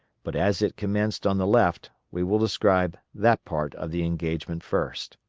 but as it commenced on the left, we will describe that part of the engagement first.